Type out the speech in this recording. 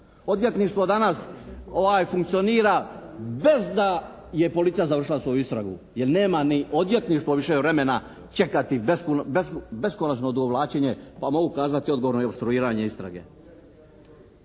Odvjetništvo danas funkcionira bez da je policija završila svoju istragu, jer nema ni odvjetništvo više vremena čekati beskonačno odugovlačenje, pa mogu kazati odgovorno i opstruiranje istrage.